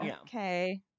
okay